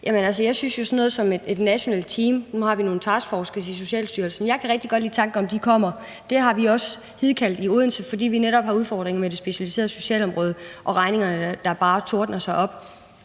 jeg jo, det er sådan noget som et nationalt team. Nu har vi nogle taskforces i Socialstyrelsen, og jeg kan rigtig godt lide tanken om, at de kommer. Det har vi også hidkaldt i Odense, fordi vi netop har udfordringen med det specialiserede socialområde og regningerne, der bare tårner sig op.